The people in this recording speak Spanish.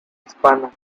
hispana